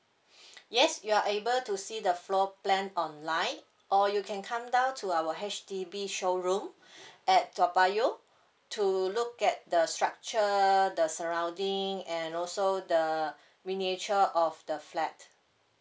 yes you are able to see the floor plan online or you can come down to our H_D_B showroom at toa payoh to look at the structure the surrounding and also the miniature of the flat